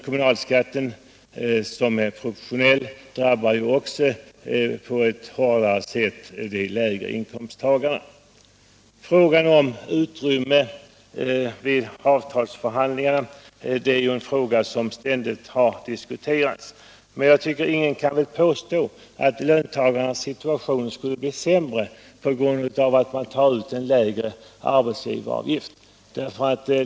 Kommunalskatten, som är proportionell, drabbar ju även den på ett hårdare sätt de lägre inkomsttagarna. Frågan om utrymmet vid avtalsförhandlingar har ständigt diskuterats. Ingen kan väl påstå att löntagarnas situation skulle bli sämre på grund av att man tar ut en lägre arbetsgivaravgift.